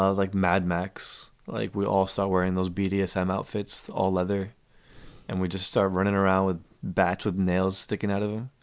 like mad max, like we all saw wearing those bdm outfits, all other and we just start running around with bats with nails sticking out of